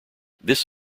this